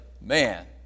Man